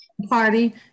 party